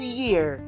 year